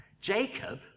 Jacob